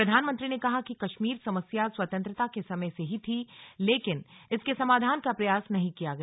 प्रधानमंत्री ने कहा कि कश्मीर समस्या स्वतंत्रता के समय से ही थी लेकिन इसके समाधान का प्रयास नहीं किया गया